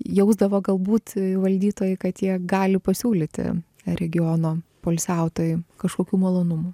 jausdavo galbūt valdytojai kad jie gali pasiūlyti regiono poilsiautojui kažkokių malonumų